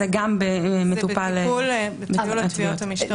זה בניהול התביעות המשטרתיות.